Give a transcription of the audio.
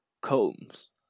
Combs